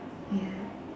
ya